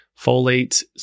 folate